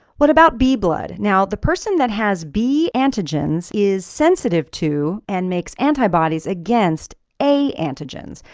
what about b blood? now the person that has b antigens is sensitive to and makes antibodies against a antigens.